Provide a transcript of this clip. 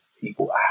people